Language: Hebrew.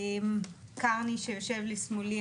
קרני שיושב לשמאלי,